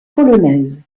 polonaise